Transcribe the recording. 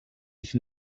ich